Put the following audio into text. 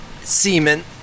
Semen